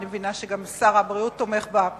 שאני מבינה שגם שר הבריאות תומך בה.